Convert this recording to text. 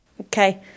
Okay